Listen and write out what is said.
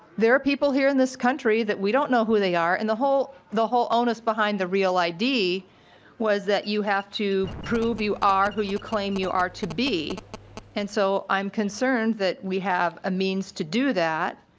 there are people here in this country that we don't know who they are and the whole the whole onus behind the real id was that you have to prove you are who you claim you are to be and so i'm concerned that we have a means to do that